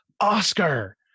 Oscar